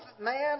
man